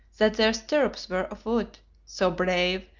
that their stirrups were of wood so brave,